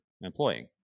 employing